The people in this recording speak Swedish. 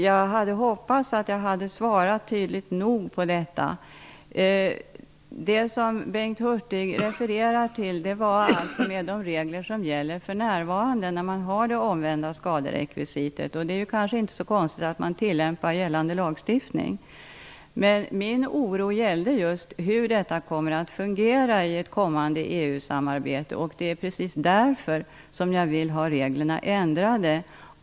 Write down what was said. Jag hoppades att jag hade svarat tydligt nog på den frågan. Bengt Hurtig refererade till de regler som för närvarande gäller med det omvända skaderekvisitet. Det är kanske inte så konstigt att gällande lagstiftning tillämpas. Min oro gällde just hur detta kommer att fungera i ett kommande EU-samarbete. Det är precis därför som jag vill ha reglerna ändrade.